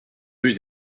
rue